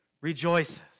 rejoices